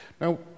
Now